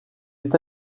est